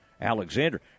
Alexander